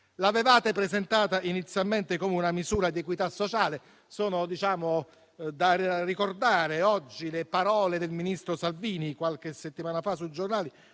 L'avevate presentata inizialmente come una misura di equità sociale. Sono da ricordare oggi le parole del ministro Salvini di qualche settimana fa sui giornali,